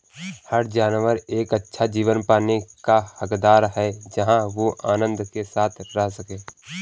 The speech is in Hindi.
हर जानवर एक अच्छा जीवन पाने का हकदार है जहां वे आनंद के साथ रह सके